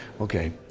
Okay